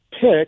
pick